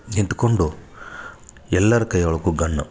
ನಿಂತ್ಕೊಂಡು ಎಲ್ಲರ ಕೈಯೊಳ್ಗು ಗನ್ನು